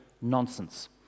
nonsense